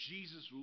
Jesus